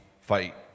fight